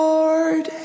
Lord